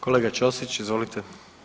Kolega Ćosić izvolite.